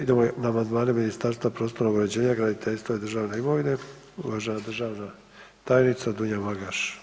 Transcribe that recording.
Idemo na amandmane Ministarstva prostornog uređenja, graditeljstva i državne imovine, uvažena državna tajnica Dunja Magaš.